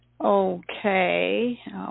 Okay